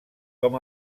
com